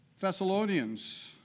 Thessalonians